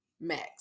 max